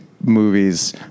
movies